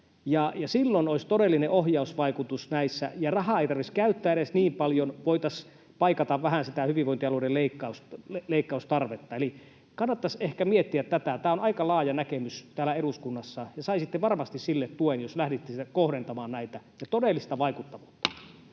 Silloin näissä olisi todellinen ohjausvaikutus, ja rahaa ei tarvitsisi käyttää edes niin paljon, voitaisiin paikata vähän sitä hyvinvointialueiden leikkaustarvetta. Eli kannattaisi ehkä miettiä tätä. Tämä on aika laaja näkemys täällä eduskunnassa, ja saisitte varmasti sille tuen, jos lähtisitte kohdentamaan näitä, ja todellista vaikuttavuutta.